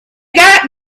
got